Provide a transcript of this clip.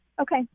Okay